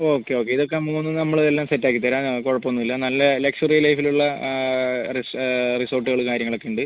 okay okay ഇതൊക്കെ മൂന്നും നമ്മൾ എല്ലാം സെറ്റ് ആക്കിത്തരാം അത് കുഴപ്പം ഒന്നും ഇല്ല നല്ല ലക്ഷ്വറി ലൈഫിലുള്ള റി റിസോർട്ടുകളും കാര്യങ്ങളൊക്കെ ഉണ്ട്